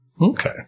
Okay